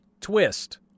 twist